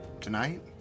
tonight